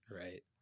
right